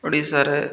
ଓଡ଼ିଶାରେ